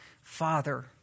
father